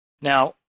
Now